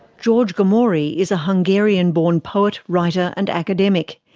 george gomori is a hungarian-born poet, writer and academic.